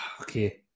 Okay